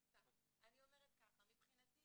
אני אומרת שמבחינתי